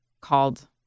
called